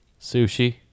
Sushi